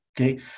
okay